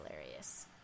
hilarious